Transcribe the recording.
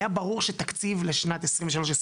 היה ברור שתקציב לשנת 23-24,